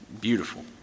Beautiful